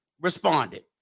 responded